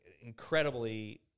incredibly